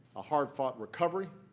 a hard-fought recovery,